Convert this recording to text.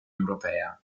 europea